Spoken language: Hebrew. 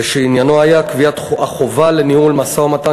ואשר עניינו היה קביעת החובה לניהול משא-ומתן